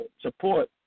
support